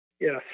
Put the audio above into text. yes